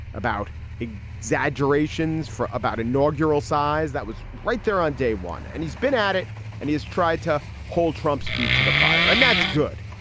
about exaggerations, about inaugural size. that was right there on day one. and he's been at it and he has tried to hold trump's feet to the fire. and that's good.